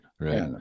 right